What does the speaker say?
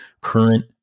current